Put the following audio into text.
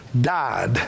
died